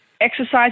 exercise